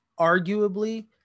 arguably